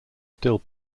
still